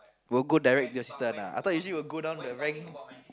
will go direct this time lah I thought you say will go down the rank